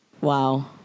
wow